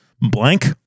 blank